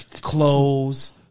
clothes